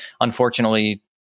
unfortunately